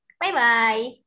Bye-bye